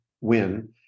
win